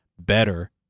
better